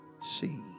see